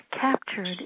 captured